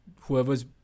whoever's